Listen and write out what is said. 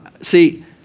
See